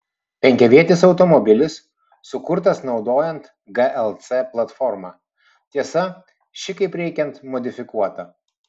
penkiavietis automobilis sukurtas naudojant glc platformą tiesa ši kaip reikiant modifikuota